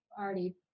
already